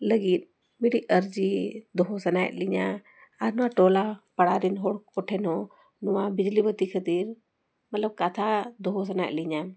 ᱞᱟᱹᱜᱤᱫ ᱢᱤᱫᱴᱤᱡ ᱟᱨᱡᱤ ᱫᱚᱦᱚ ᱥᱟᱱᱟᱭᱮᱫ ᱞᱤᱧᱟᱹ ᱟᱨ ᱱᱚᱣᱟ ᱴᱚᱞᱟ ᱯᱟᱲᱟᱨᱮᱱ ᱦᱚᱲ ᱠᱚᱴᱷᱮᱱ ᱦᱚᱸ ᱱᱚᱣᱟ ᱵᱤᱡᱽᱞᱤ ᱵᱟᱹᱛᱤ ᱠᱷᱟᱹᱛᱤᱨ ᱢᱚᱛᱞᱚᱵᱽ ᱠᱟᱛᱷᱟ ᱫᱚᱦᱚ ᱥᱟᱱᱟᱭᱮᱫ ᱞᱤᱧᱟᱹ